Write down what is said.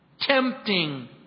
tempting